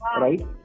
right